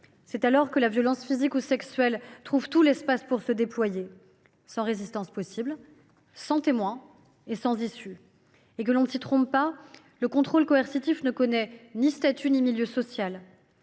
C’est alors que la violence physique ou sexuelle trouve tout l’espace pour se déployer, sans résistance possible, sans témoin, sans issue. Et que l’on ne s’y trompe pas : le contrôle coercitif ne connaît ni statut ni milieu social.